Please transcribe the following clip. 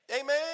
Amen